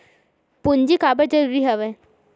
पूंजी काबर जरूरी हवय?